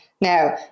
Now